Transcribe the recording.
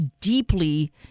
deeply